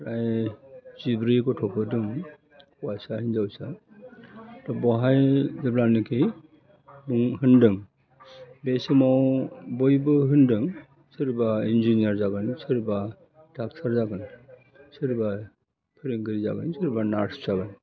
ओइ जिब्रै गथ'फोर दंमोन हौवासा हिन्जावसा दा बहाय जेब्लानाखि बुं होन्दों बे समाव बयबो होनदों सोरबा इन्जिनियार जाबानो सोरबा डाक्टार जाबानो सोरबा फोरोंगिरि जाबानो सोरबा नार्स जागोन